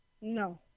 No